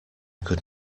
could